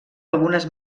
algunes